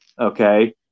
okay